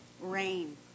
Rain